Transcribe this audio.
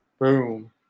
boom